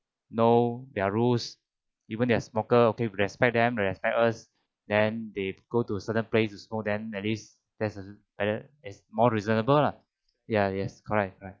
no there are rules even they are smoker okay we respect them they respect us then they go to a certain place to smoke at least there is uh more reasonable lah ya yes correct correct